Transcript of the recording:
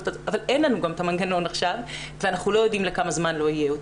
אבל אין לנו המנגנון עכשיו ואנחנו לא יודעים לכמה זמן לא יהיה אותו.